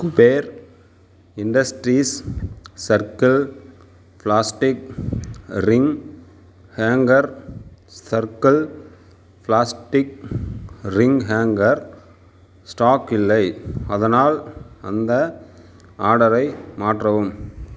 Kuber industries circle plastic ring hanger circle plastic ring hanger stock இல்லை அதனால் அந்த ஆர்டரை மாற்றவும்